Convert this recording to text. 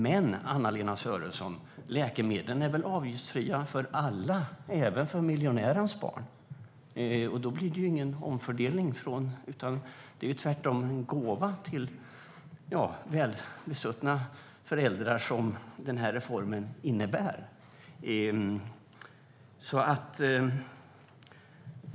Men läkemedlen är väl avgiftsfria för alla, även för miljonärens barn? Då blir det ingen omfördelning. Reformen innebär tvärtom en gåva till välbesuttna föräldrar.